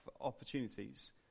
opportunities